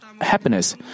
happiness